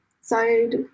side